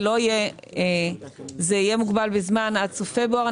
זה יהיה מוגבל בזמן, נאפשר את זה עד סוף פברואר.